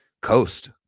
coast